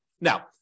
Now